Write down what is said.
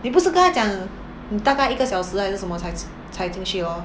你不是跟她讲你大概一个小时还是什么才才进去 lor